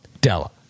Della